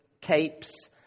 capes